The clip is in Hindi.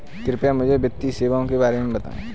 कृपया मुझे वित्तीय सेवाओं के बारे में बताएँ?